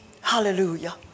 Hallelujah